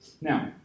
Now